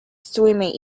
swimming